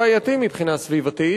בעייתי מבחינה סביבתית,